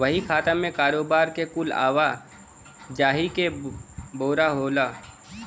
बही खाता मे कारोबार के कुल आवा जाही के ब्योरा होला